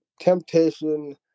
temptation